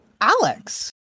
alex